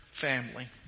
family